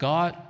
God